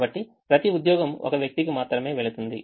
కాబట్టి ప్రతి ఉద్యోగం ఒక వ్యక్తికి మాత్రమే వెళ్తుంది